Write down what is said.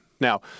Now